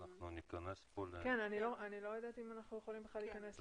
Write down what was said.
אני לא יודעת אם אנחנו יכולים להיכנס לזה.